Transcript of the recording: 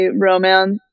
romance